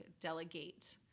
delegate